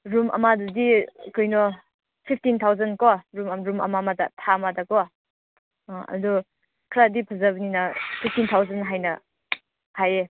room ꯑꯃꯗꯨꯗꯤ ꯀꯩꯅꯣ fifteen thousand ꯀꯣ ꯔꯨꯝ ꯔꯨꯝ ꯑꯃꯃꯝꯗ ꯊꯥ ꯑꯃꯗ ꯀꯣ ꯑꯥ ꯑꯗꯣ ꯈꯔꯗꯤ ꯐꯖꯕꯅꯤꯅ ꯐꯤꯞꯇꯤꯟ ꯊꯥꯎꯖꯟ ꯍꯥꯏꯅ ꯍꯥꯏꯌꯦ